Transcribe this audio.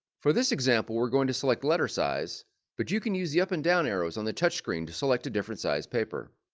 for this example were going to select letter size that but you can use the up and down arrows on the touch screen to select different sized paper.